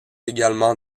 également